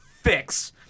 fix